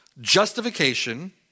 justification